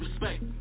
respect